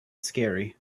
scary